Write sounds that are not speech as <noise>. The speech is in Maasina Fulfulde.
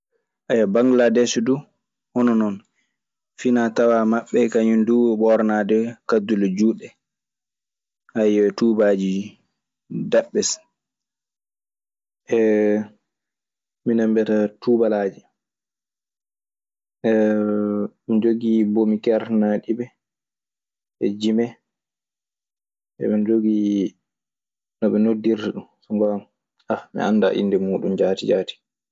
<hesitation> no bangladece dun hono no, finatawa maɓe kaŋum dun ɓornade kadule judde e tubaji daɓɓe. <hesitation> Minen mbiyata tuubalaaje, <hesitation> eɓe njogii bomi kertanaaɗi ɓe e jime. Eɓe njogii no ɓe noddirta ɗun, so ngoonga. <hesitation> Min anndaa innde muuɗun jaati jaati.